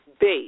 base